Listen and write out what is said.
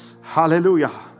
Hallelujah